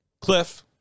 Cliff